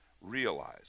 realize